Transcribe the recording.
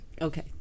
Okay